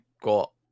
got